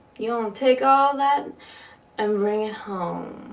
you gon' take all that and bring it home,